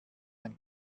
ein